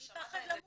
אתה שמעת אותם כאן,